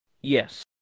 Yes